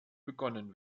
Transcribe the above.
begonnen